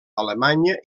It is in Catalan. alemanya